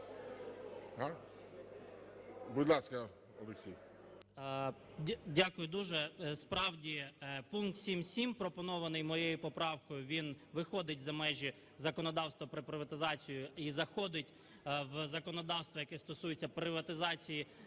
Дякую дуже. Справді, пункт 7.7, пропонований моєю поправкою, він виходить за межі законодавства про приватизацію і заходить в законодавство, яке стосується приватизації